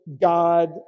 God